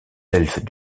elfes